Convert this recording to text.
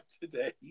today